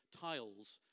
tiles